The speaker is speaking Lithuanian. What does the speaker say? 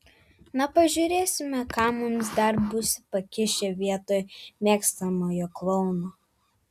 na pažiūrėsime ką mums dar bus pakišę vietoj mėgstamojo klouno